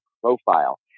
profile